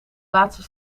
laatste